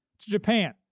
to japan,